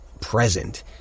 present